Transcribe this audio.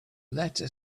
letter